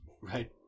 right